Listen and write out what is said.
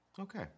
Okay